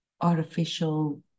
artificial